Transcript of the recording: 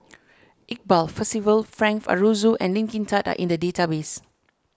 Iqbal Percival Frank Aroozoo and Lee Kin Tat are in the database